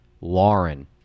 Lauren